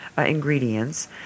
Ingredients